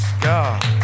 God